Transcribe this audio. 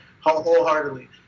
wholeheartedly